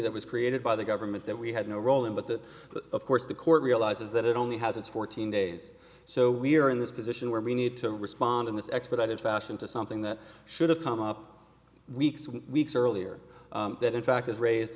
that was created by the government that we had no role in but that of course the court realizes that it only has it's fourteen days so we're in this position where we need to respond in this expedited fashion to something that should have come up weeks weeks earlier that in fact has ra